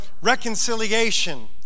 reconciliation